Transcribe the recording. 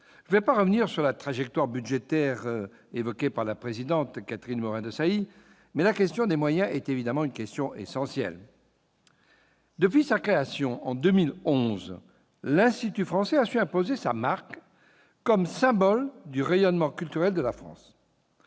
Je ne reviendrai pas sur la trajectoire budgétaire évoquée par la présidente Catherine Morin-Desailly, mais la question des moyens est évidemment essentielle. Depuis sa création en 2011, l'Institut français a su imposer sa marque, comme symbole du rayonnement culturel de la France.